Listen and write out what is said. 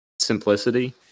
simplicity